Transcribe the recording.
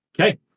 Okay